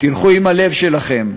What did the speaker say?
תלכו עם הלב שלכם.